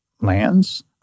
lands